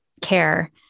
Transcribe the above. care